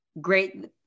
great